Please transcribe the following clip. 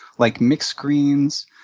like, mixed greens,